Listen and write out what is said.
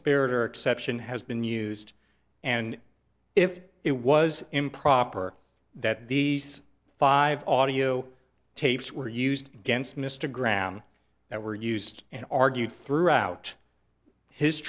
spirator exception has been used and if it was improper that these five audio tapes were used against mr graham that were used and argued throughout his